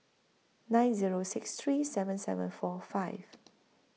nine Zero six three seven seven four five